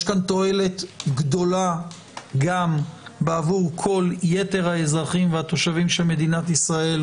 יש כאן תועלת גדולה גם בעבור כל יתר האזרחים והתושבים של מדינת ישראל,